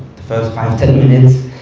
the first five, ten minutes,